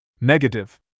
Negative